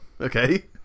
okay